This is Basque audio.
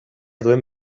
duen